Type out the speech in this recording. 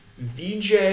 VJ